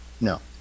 No